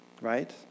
Right